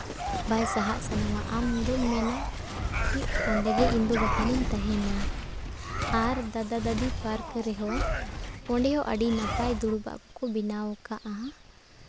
ᱵᱟᱭ ᱥᱟᱦᱟᱜ ᱥᱟᱱᱟᱢᱟ ᱟᱢ ᱫᱚᱢ ᱢᱮᱱᱟ ᱠᱤ ᱚᱸᱰᱮ ᱜᱮ ᱤᱧ ᱫᱚ ᱵᱟᱠᱷᱟᱱᱤᱧ ᱛᱟᱦᱮᱱᱟ ᱟᱨ ᱫᱟᱫᱟ ᱫᱟᱫᱤ ᱯᱟᱨᱠ ᱨᱮᱦᱚᱸ ᱚᱸᱰᱮ ᱦᱚᱸ ᱟᱹᱰᱤ ᱱᱟᱯᱟᱭ ᱫᱩᱲᱩᱵᱟᱜ ᱠᱚ ᱵᱮᱱᱟᱣᱟᱠᱟᱫᱼᱟ